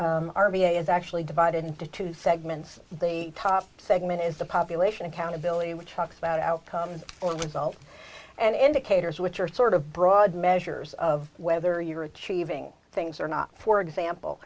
v a is actually divided into two segments they top segment is the population accountability which talks about outcomes or results and indicators which are sort of broad measures of whether you're achieving things or not for example